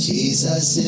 Jesus